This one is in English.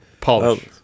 Polish